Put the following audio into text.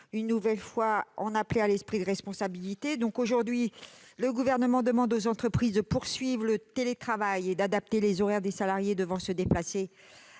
une nouvelle fois en appeler à l'esprit de responsabilité. Aujourd'hui, le Gouvernement demande aux entreprises de poursuivre le télétravail et d'adapter les horaires des salariés devant se déplacer,